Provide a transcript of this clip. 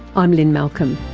i'm lynne malcolm.